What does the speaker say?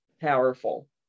powerful